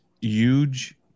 huge